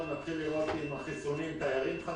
עם החיסונים נתחיל לראות שוב תיירים.